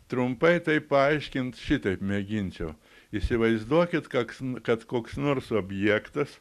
trumpai tai paaiškint šitaip mėginčiau įsivaizduokit koks kad koks nors objektas